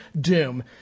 doom